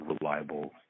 reliable